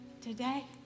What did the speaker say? today